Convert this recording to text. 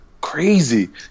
crazy